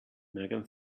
megan